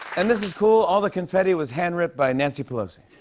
and this is cool all the confetti was hand-ripped by nancy pelosi.